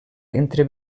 entre